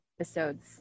episodes